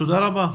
תודה רבה.